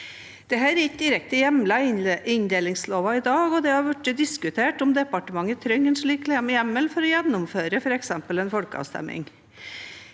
Dette er ikke direkte hjemlet i inndelingsloven i dag, og det har vært diskutert om departementet trenger en slik hjemmel for å gjennomføre f.eks. en folkeavstemning.